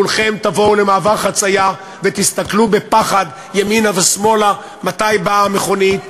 כולכם תבואו למעבר חציה ותסכלו בפחד ימינה ושמאלה מתי באה המכונית.